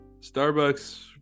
starbucks